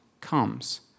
comes